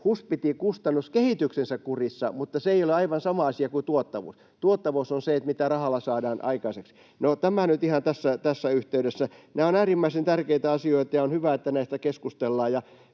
pitivät kustannuskehityksensä kurissa, mutta se ei ole aivan sama asia kuin tuottavuus. Tuottavuus on se, mitä rahalla saadaan aikaiseksi. No, tämä nyt ihan tässä yhteydessä. Nämä ovat äärimmäisen tärkeitä asioita, ja on hyvä, että näistä keskustellaan.